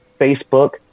Facebook